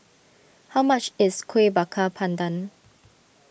how much is Kueh Bakar Pandan